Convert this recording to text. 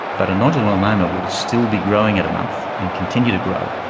but a nodular melanoma will still be growing at a month and continue to grow,